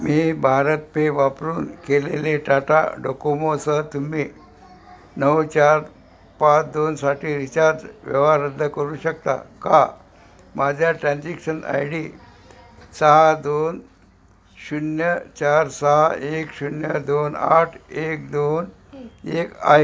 मी Bharat pay वापरून केलेले टाटा डोकोमोसह तुम्ही नऊ चार पाच दोनसाठी रिचार्ज व्यवहार रद्द करू शकता का माझ्या ट्रान्झेक्शन आय डी सहा दोन शून्य चार सहा एक शून्य दोन आठ एक दोन एक आहे